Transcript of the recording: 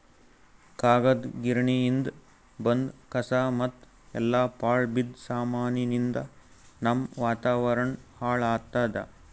ಕಾಗದ್ ಗಿರಣಿಯಿಂದ್ ಬಂದ್ ಕಸಾ ಮತ್ತ್ ಎಲ್ಲಾ ಪಾಳ್ ಬಿದ್ದ ಸಾಮಾನಿಯಿಂದ್ ನಮ್ಮ್ ವಾತಾವರಣ್ ಹಾಳ್ ಆತ್ತದ